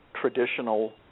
traditional